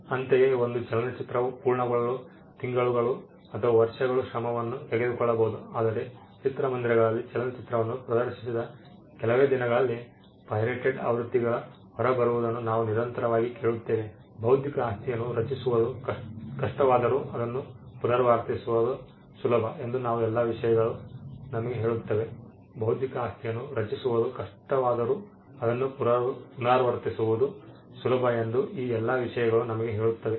ಅಂತೆಯೇ ಒಂದು ಚಲನಚಿತ್ರವು ಪೂರ್ಣಗೊಳ್ಳಲು ತಿಂಗಳುಗಳು ಅಥವಾ ವರ್ಷಗಳ ಶ್ರಮವನ್ನು ತೆಗೆದುಕೊಳ್ಳಬಹುದು ಆದರೆ ಚಿತ್ರಮಂದಿರಗಳಲ್ಲಿ ಚಲನಚಿತ್ರವನ್ನು ಪ್ರದರ್ಶಿಸಿದ ಕೆಲವೇ ದಿನಗಳಲ್ಲಿ ಪೈರೇಟೆಡ್ ಆವೃತ್ತಿಗಳು ಹೊರಬರುವುದನ್ನು ನಾವು ನಿರಂತರವಾಗಿ ಕೇಳುತ್ತೇವೆ ಬೌದ್ಧಿಕ ಆಸ್ತಿಯನ್ನು ರಚಿಸುವುದು ಕಷ್ಟವಾದರೂ ಅದನ್ನು ಪುನರಾವರ್ತಿಸುವುದು ಸುಲಭ ಎಂದು ಈ ಎಲ್ಲ ವಿಷಯಗಳು ನಮಗೆ ಹೇಳುತ್ತವೆ